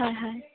হয় হয়